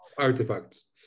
Artifacts